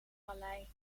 vallei